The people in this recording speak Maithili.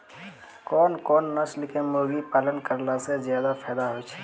कोन कोन नस्ल के मुर्गी पालन करला से ज्यादा फायदा होय छै?